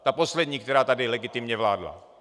Ta poslední, která tady legitimně vládla.